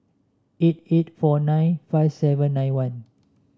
eight eight four nine five seven nine one